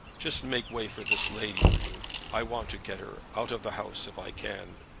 just make way for this lady, will you? i want to get her out of the house if i can.